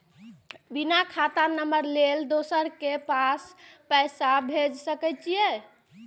बिना खाता नंबर लेल दोसर के पास पैसा भेज सके छीए?